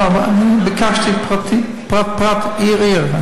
לא, אני ביקשתי פרט-פרט, עיר-עיר.